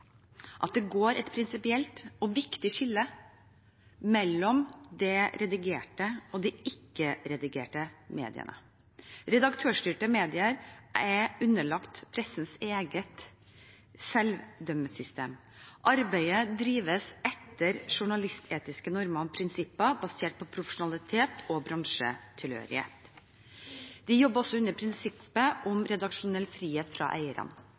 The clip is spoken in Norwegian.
at det går et prinsipielt og viktig skille mellom de redigerte og de ikke-redigerte mediene. Redaktørstyrte medier er underlagt pressens eget selvdømmesystem. Arbeidet drives etter journalistetiske normer og prinsipper, basert på profesjonalitet og bransjetilhørighet. Det jobbes under prinsippet om redaksjonell frihet fra eierne.